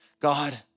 God